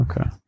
Okay